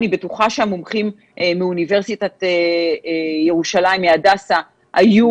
אני בטוחה שהמומחים מאוניברסיטת העברית היו